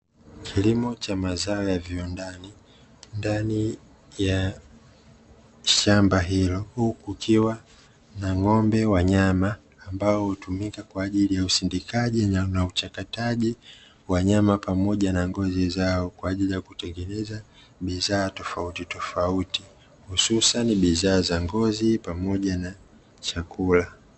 Kilimo cha mazao ya viwandani, ndani ya shamba hilo, huku kukiwa na ng`ombe wa nyama. Ambao hutumika kwa ajili ya usindikaji na uchakataji wa nyama pamoja na ngozi zao kwa ajili ya kutengeneza bidhaa tofautitofauti, hususani bidhaa za ngozi pamoja na chakula.